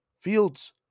Fields